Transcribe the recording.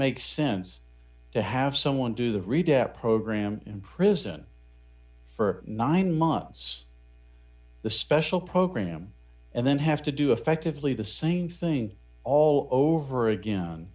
make sense to have someone do the read our program in prison for nine months the special program and then have to do effectively the same thing all over again